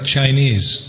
Chinese